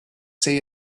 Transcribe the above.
say